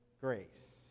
grace